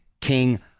king